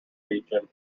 region